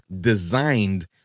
designed